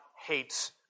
hates